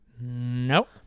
Nope